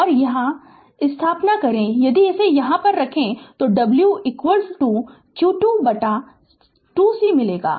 और यहां स्थानापन्न करें यदि इसे यहां रखें तो w q 2 बटा 2 c मिलेगा